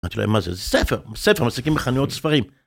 אמרתי להם, מה זה? זה ספר, ספר, מחזיקים בחנויות ספרים.